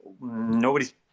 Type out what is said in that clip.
nobody's